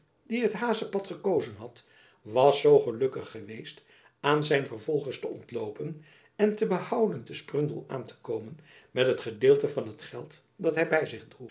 die t hazepad gekozen had was zoo gelukkig geweest aan zijn vervolgers te ontloopen en behouden te sprundel aan te komen met het gedeelte van het geld dat hy by zich